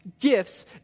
gifts